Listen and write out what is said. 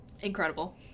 Incredible